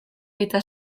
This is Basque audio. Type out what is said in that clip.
eta